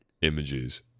images